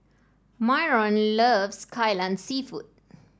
Myron loves Kai Lan seafood